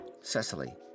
Cecily